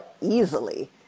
easily